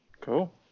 Cool